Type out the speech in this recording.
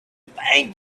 thank